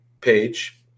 page